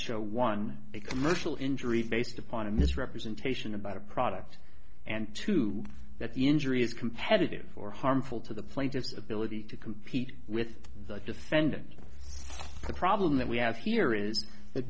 show one a commercial injury based upon a misrepresentation about a product and two that the injury is competitive for harmful to the plaintiff's ability to compete with the defendant the problem that we have here is th